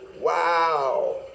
Wow